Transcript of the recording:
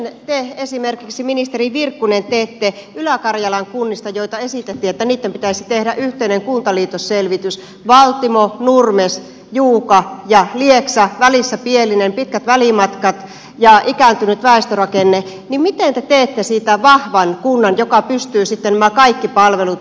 miten esimerkiksi te ministeri virkkunen ylä karjalan kunnista joista esitettiin että niitten pitäisi tehdä yhteinen kuntaliitosselvitys valtimo nurmes juuka ja lieksa välissä pielinen pitkät välimatkat ja ikääntynyt väestörakenne teette vahvan kunnan joka pystyy sitten nämä kaikki palvelut turvaamaan